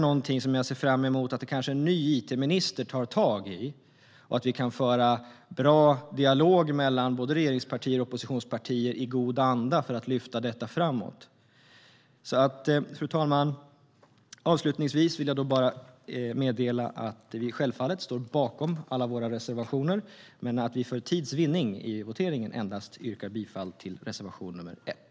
Jag ser fram emot att en ny it-minister tar tag i detta och att vi kan ha en bra dialog i god anda mellan regeringspartier och oppositionspartier för att lyfta detta framåt. Fru talman! Vi står självfallet bakom alla våra reservationer, men för tids vinnande yrkar jag bifall endast till reservation nr 1.